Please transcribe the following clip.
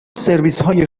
سرویسهای